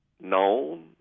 known